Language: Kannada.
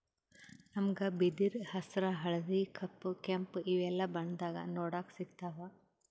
ನಮ್ಗ್ ಬಿದಿರ್ ಹಸ್ರ್ ಹಳ್ದಿ ಕಪ್ ಕೆಂಪ್ ಇವೆಲ್ಲಾ ಬಣ್ಣದಾಗ್ ನೋಡಕ್ ಸಿಗ್ತಾವ್